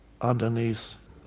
underneath